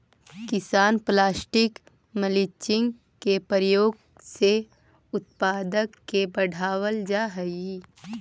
किसान plastic mulching के प्रयोग से उत्पादक के बढ़ावल जा हई